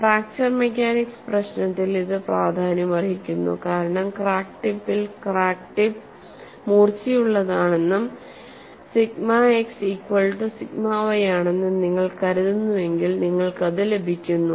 fracture mechanics പ്രശ്നത്തിൽ ഇത് പ്രാധാന്യമർഹിക്കുന്നു കാരണം ക്രാക്ക് ടിപ്പിൽ ക്രാക്ക് ടിപ്പ് മൂർച്ചയുള്ളതാണെന്നും sigma x equal to sigma y ആണെന്നും നിങ്ങൾ കരുതുന്നുവെങ്കിൽ നിങ്ങൾക്കത് ലഭിക്കുന്നു